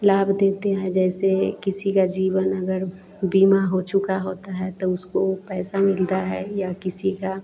लाभ देते हैं जैसे किसी का जीवन अगर बीमा हो चुका होता है तो उसको पैसा मिलता है या किसी का